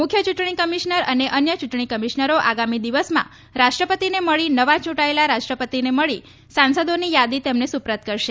મુખ્ય ચૂંટણી કમિશ્નર અને અન્ય ચૂંટણી કમિશ્નરો આગામી દિવસમાં રાષ્ટ્રપતિને મળી નવા ચૂંટાયેલા રાષ્ટ્રપતિને મલી નવા ચૂંટાયેલા સાંસદોની યાદી તેમને સુપ્રદ કરશે